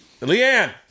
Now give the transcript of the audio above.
leanne